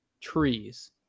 trees